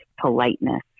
politeness